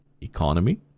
economy